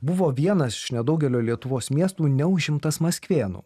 buvo vienas iš nedaugelio lietuvos miestų neužimtas maskvėnų